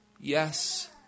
yes